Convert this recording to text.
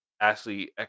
Ashley